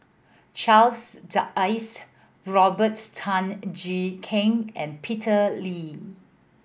Charles Dyce Robert Tan Jee Keng and Peter Lee